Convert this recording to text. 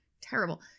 terrible